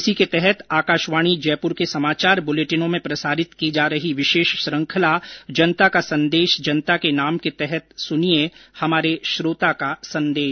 इसी के तहत आकाशवाणी जयपुर के समाचार बुलेटिनों में प्रसारित की जा रही विशेष श्रृखंला जनता का संदेश जनता के नाम के तहत सुनिये हमारे श्रोता का संदेश